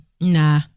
Nah